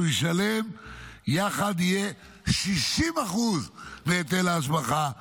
ישלם יחד יהיו 60% מהיטל ההשבחה בלבד,